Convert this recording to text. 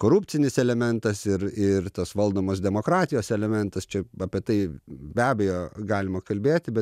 korupcinis elementas ir ir tas valdomos demokratijos elementas čia apie tai be abejo galima kalbėti bet